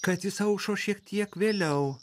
kad jis aušo šiek tiek vėliau